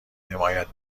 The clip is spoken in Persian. حمایت